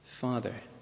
Father